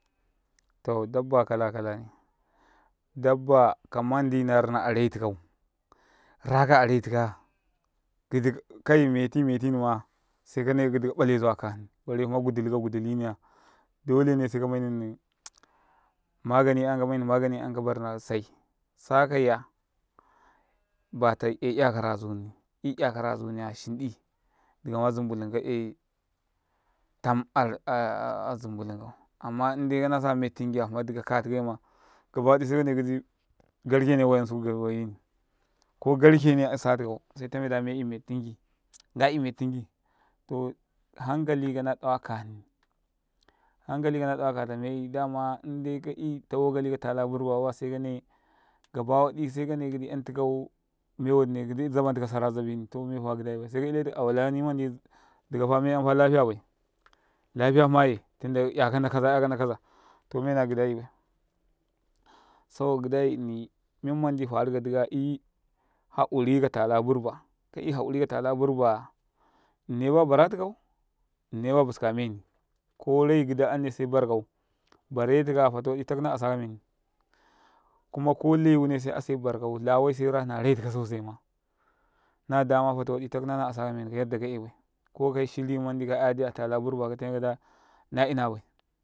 ﻿To ɗabba kala kalane dabba kamandi na rina aria tikau raka araitikaya ɡiɗi kai meti metinima ɡiɗi kaნale zawa aka hni bare hma ɡuɗilika ɡuɗuliniya ɗolene se kamai neni sorun yan kamai hni sorum yam sai sakaiya bata yai 'yakara azuni yu 'yakaka azuniya shinɗi dikama zambulunka amma in kana saka mettinkiya hna ɗika ka tikaima se kanaiɡiɗ ɡiɗi ɡarkene wayansuku wayini ko ɡarkene asa tikau se tameda mei mettinki to hankalika na ɗawa ka hni hankalika na ɗawa kata mei dama indai kai tawakkali katala burba baya se kanai ɡaba waɗi sai kanai 'yan tikau mewaɗine to mefa ɡȉdai bay se ka iletu kaulani mandi dikafa me 'yamfa lafiya bai lafiya aye tunda 'yakanna kaza 'yakonna kaƻa to mena ɡiɗa i bai saboka ɡiɗa i nɗini men man farika kadika ya i hauri katala burba ka i hauri ka tala burbaya nɗine babara tikau nɗine ba buska meni ko rai ɡiɗi ami sai barkau bare tiya fata wa tak na asaka meni kuma ko le wuni se ase barkau lawai sai ra hna raikau sosai nadama ya fata waɗi ka nana askameni kayaɗɗa ka ϓay baya ko ka shiri manɗi ka 'yaɗi atala burba naina wai.